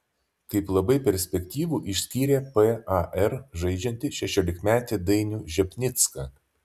kaip labai perspektyvų išskyrė par žaidžiantį šešiolikmetį dainių žepnicką